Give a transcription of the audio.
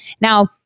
now